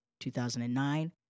2009